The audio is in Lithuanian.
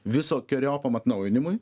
visokeriopam atnaujinimui